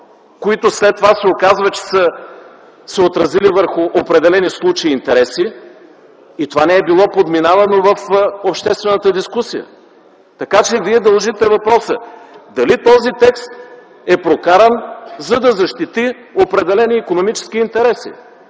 които след това се оказва, че са се отразили върху определени случаи и интереси и това не е било подминавано в обществената дискусия. Така че вие дължите отговора на въпроса дали този текст е прокаран, за да защити определени икономически интереси.